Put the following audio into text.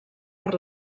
per